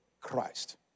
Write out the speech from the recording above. Christ